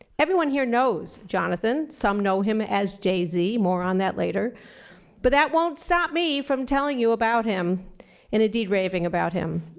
everyone here knows jonathon. some know him as jz more on that later but that won't stop me from telling you about him and indeed raving about him.